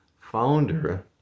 founder